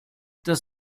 das